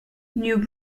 new